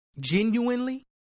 genuinely